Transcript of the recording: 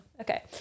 Okay